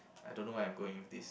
I don't know why I'm going with this